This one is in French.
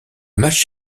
match